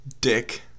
dick